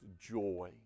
joy